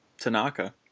Tanaka